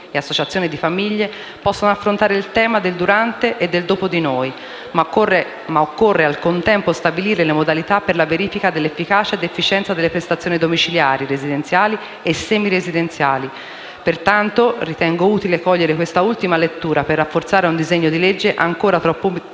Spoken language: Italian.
e associazioni di famiglie, possano affrontare il tema del durante e del "dopo di noi". Occorre, al contempo, stabilire le modalità per la verifica dell'efficacia ed efficienza delle prestazioni domiciliari, residenziali e semiresidenziali. Pertanto, ritengo utile cogliere questa ultima lettura per rafforzare un disegno di legge ancora troppo